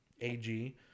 AG